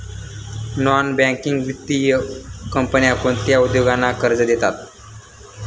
Non banking वित्तीय कंपन्या कोणत्या उद्योगांना कर्ज देतात?